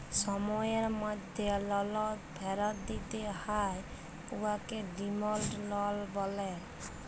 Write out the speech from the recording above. সময়ের মধ্যে লল ফিরত দিতে হ্যয় উয়াকে ডিমাল্ড লল ব্যলে